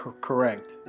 Correct